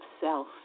self